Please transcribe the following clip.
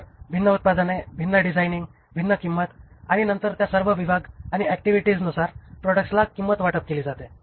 तर भिन्न उत्पादने भिन्न डिझाइनिंग भिन्न किंमत आणि नंतर त्या सर्व विभाग आणि ऍक्टिव्हिटीजनुसार प्रॉडक्ट्सला किंमत वाटप केली जाते